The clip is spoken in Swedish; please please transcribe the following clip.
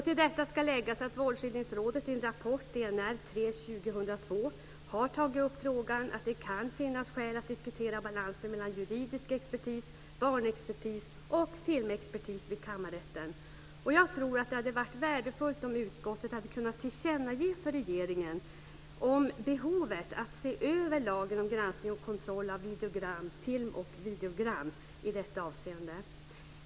Till detta ska läggas att Våldsskildringsrådet i en rapport, dnr 3/2002, har tagit upp frågan att det kan finnas skäl att diskutera balansen mellan juridisk expertis, barnexpertis och filmexpertis vid Kammarrätten. Jag tror att det hade varit värdefullt om utskottet hade kunnat tillkännage för regeringen behovet av att se över lagen om granskning och kontroll av videogram i detta hänseende.